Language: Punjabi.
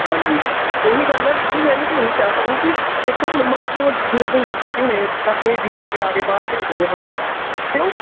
ਹਾਂਜੀ ਉਹੀ ਗੱਲ ਨਾ ਵੀਰ ਜੀ ਮੈਂ ਵੀ ਤਾਂ ਉਹੀ ਕਿਹਾ ਤੁਹਾਨੂੰ ਕਿ ਵੇਖੋ ਹੁਣ ਮਾਂ ਪਿਓ ਜਿਵੇਂ ਤੁਸੀਂ ਦੱਸਿਆ ਕਿ ਹੁਣ ਐੱਮ ਏ ਬੀ ਐਡ ਕਰਾ ਕੇ ਬਾਹਰ ਭੇਜਦੇ ਪਏ ਹੈ ਨਾ ਅਤੇ ਉਹ